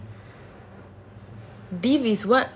dave is what